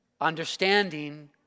Understanding